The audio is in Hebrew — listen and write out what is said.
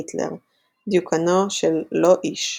היטלר – דיוקנו של לא איש,